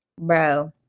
Bro